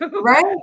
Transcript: Right